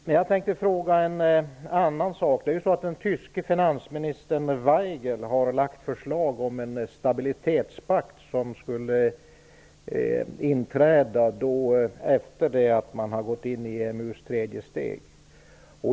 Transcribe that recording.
Jag tänkte fråga en annan sak. Den tyske finansministern Waigel har lagt fram förslag om en stabilitetspakt som skulle inträda efter det att man har gått in i EMU:s tredje steg.